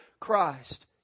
Christ